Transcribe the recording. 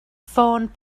ffôn